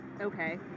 okay